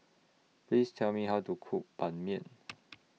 Please Tell Me How to Cook Ban Mian